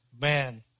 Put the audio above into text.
Man